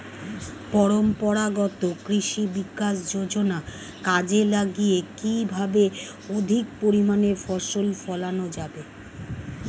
পরম্পরাগত কৃষি বিকাশ যোজনা কাজে লাগিয়ে কিভাবে অধিক পরিমাণে ফসল ফলানো যাবে?